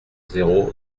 zéro